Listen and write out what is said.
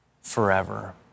forever